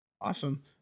Awesome